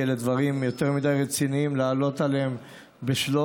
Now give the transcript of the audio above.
כי אלה דברים יותר מדי רציניים לענות עליהם ב"שלוף".